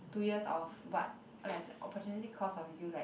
two years of what or like it's a opportunity cost of you like